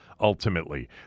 ultimately